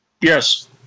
Yes